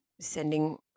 sending